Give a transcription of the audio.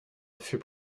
fut